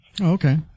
Okay